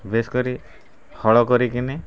ବେଶ୍ କରି ହଳ କରିକିନି